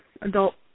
adult